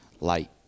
light